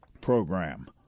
program